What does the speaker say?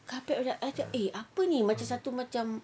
ah carpet macam apa ni macam satu macam